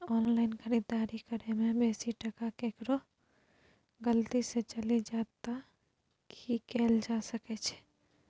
Online खरीददारी करै में बेसी टका केकरो गलती से चलि जा त की कैल जा सकै छै?